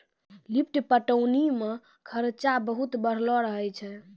lift पटौनी मे खरचा बहुत बढ़लो रहै छै